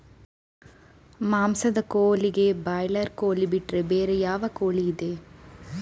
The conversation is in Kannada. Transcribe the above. ಮಾಂಸದ ಕೋಳಿಗೆ ಬ್ರಾಲರ್ ಕೋಳಿ ಬಿಟ್ರೆ ಬೇರೆ ಯಾವ ಕೋಳಿಯಿದೆ?